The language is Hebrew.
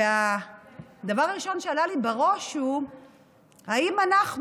הדבר הראשון שעלה לי בראש הוא אם אנחנו,